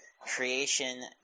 creation